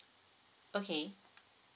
okay